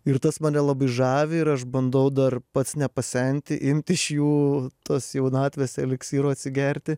ir tas mane labai žavi ir aš bandau dar pats nepasenti imt iš jų tos jaunatvės eliksyro atsigerti